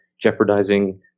jeopardizing